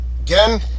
again